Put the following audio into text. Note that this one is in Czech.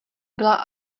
byla